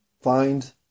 find